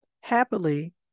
Happily